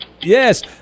Yes